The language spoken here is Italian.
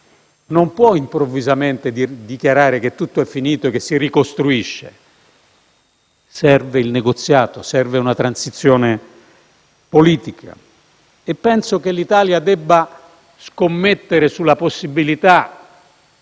non può improvvisamente dichiarare che tutto è finito e che si ricostruisce. Serve il negoziato, serve una transizione politica. E penso che l'Italia debba scommettere sulla possibilità